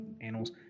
animals